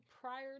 prior